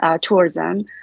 tourism